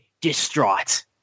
distraught